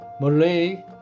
Malay